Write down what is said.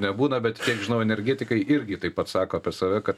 nebūna bet kiek žinau energetikai irgi taip pat sako apie save kad